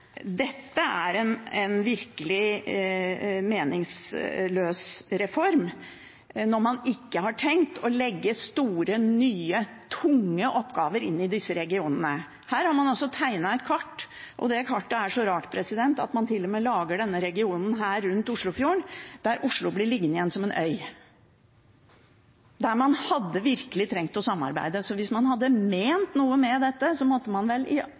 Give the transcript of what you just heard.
dette er en virkelig meningsløs reform, når man ikke har tenkt å legge store, nye, tunge oppgaver til disse regionene. Man har altså tegnet et kart, og kartet er så rart at man til og med lager denne regionen rundt Oslofjorden, der Oslo blir liggende igjen som en øy, der man virkelig hadde trengt å samarbeide. Hvis man hadde ment noe med dette, måtte man